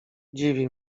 dziwi